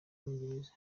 bwongereza